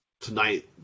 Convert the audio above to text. tonight